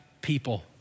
people